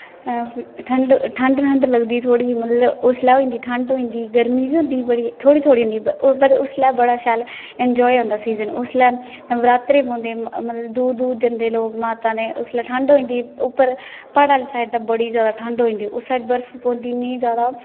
ठंड ठंड लगदी थोडी मतलब उसले होई जंदी ठंड होई जंदी गर्मी बी होंदी बडी तोडी थोह्ड़ी पर उसले बडा शैल इनॅजाए होंदा सीजन उसले नवरात्रै पोंदे मतलब दूर दूर जंदे लोक माता दे उसले ठंड होई जंदी उपर प्हाडा आहली साइड ते बडी ज्यादा ठंड होई जंदी उस साइड बर्फ पोंदी इनी ज्यादा